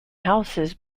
houses